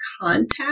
contact